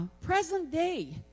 Present-day